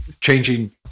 changing